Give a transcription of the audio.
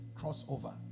crossover